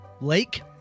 lake